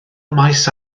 maes